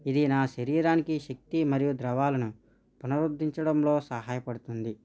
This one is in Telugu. ఇది నా శరీరానికి శక్తి మరియు ద్రవాలను పునరుద్ధరించడంలో సహాయపడుతుంది